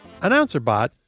AnnouncerBot